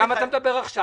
למה אתה מדבר עכשיו?